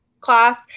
class